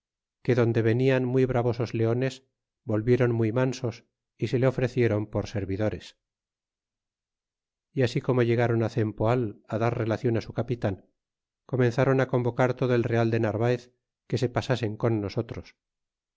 que donde venian muy bravosos leones volvieron muy mansos y se le ofrecieron por servidores y así como llegaron cempoal dar relacion su capitan comenzron convocar todo el real de narvaez que se pasasen con nosotros